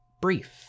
brief